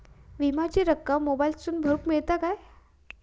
विमाची रक्कम मोबाईलातसून भरुक मेळता काय?